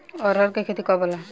अरहर के खेती कब होला?